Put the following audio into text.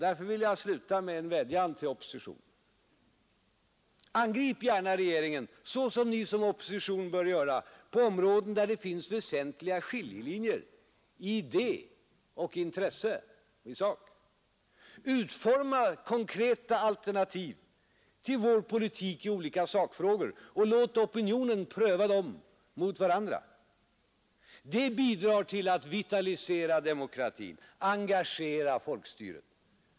Därför vill jag till slut vädja till oppositionen: Angrip gärna regeringen, så som ni som opposition bör göra, på områden där det finns väsentliga skiljelinjer i idé och intresse och i sak. Utforma konkreta alternativ till vår politik i olika sakfrågor och låt opinionen pröva dem mot varandra. Det bidrar till att vitalisera demokratin och engagera folkstyret.